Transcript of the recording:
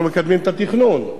אנחנו מקדמים את התכנון.